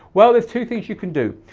well, there's two things you can do.